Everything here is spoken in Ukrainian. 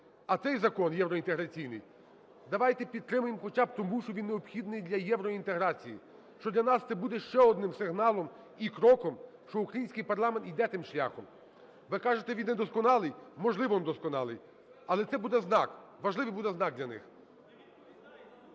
А цей закон, євроінтеграційний, давайте підтримаємо хоча б тому, що він необхідний для євроінтеграції, що для нас це буде ще одним сигналом і кроком, що український парламент іде тим шляхом. Ви кажете, він недосконалий. Можливо, недосконалий, але це буде знак, важливий буде знак для них.